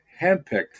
handpicked